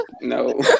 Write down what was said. No